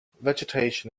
vegetation